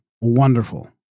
wonderful